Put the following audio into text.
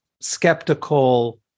skeptical